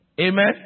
Amen